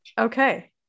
Okay